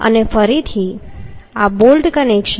અને ફરીથી આ બોલ્ટ કનેક્શન